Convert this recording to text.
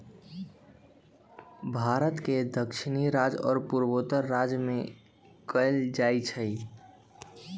भारत के दक्षिणी राज्य आ पूर्वोत्तर राज्य में कएल जाइ छइ